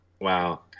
Wow